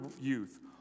youth